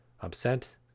upset